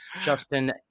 Justin